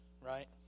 right